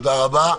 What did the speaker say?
תודה רבה.